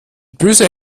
böse